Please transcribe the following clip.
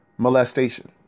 molestation